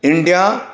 India